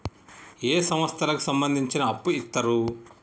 ఏ సంస్థలకు సంబంధించి అప్పు ఇత్తరు?